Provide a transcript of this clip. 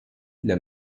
для